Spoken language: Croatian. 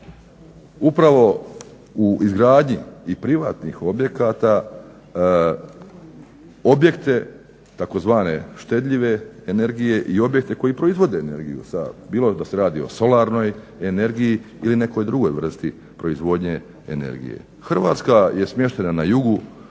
upravo u izgradnji i privatnih objekata objekte tzv. štedljive energije i objekte koje proizvode energiju, bilo da se radi o solarnoj energiji ili nekoj drugoj vrsti proizvodnje energije. Hrvatska je smještena na jugu